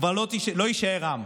כבר לא יישאר עם.